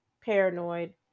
paranoid